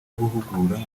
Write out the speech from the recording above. guhugura